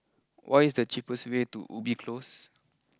what is the cheapest way to Ubi close